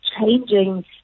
changing